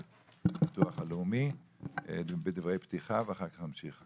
הביטוח הלאומי בדברי פתיחה ואחר כך נמשיך הלאה.